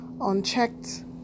unchecked